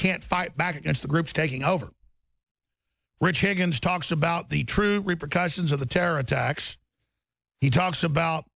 can't fight back against the groups taking over rich higgins talks about the true repercussions of the terror attacks he talks about